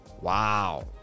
Wow